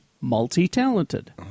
multi-talented